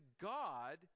God